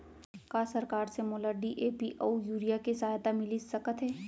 का सरकार से मोला डी.ए.पी अऊ यूरिया के सहायता मिलिस सकत हे?